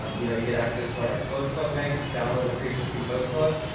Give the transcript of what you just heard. um you know you get access to like our codeplug bank, just download a pre-existing codeplug,